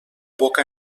boca